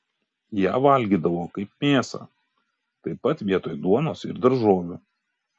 ją valgydavo kaip mėsą taip pat vietoj duonos ir daržovių